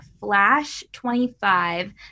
FLASH25